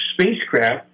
spacecraft